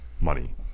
money